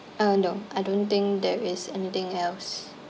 uh no I don't think there is anything else